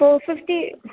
for fifty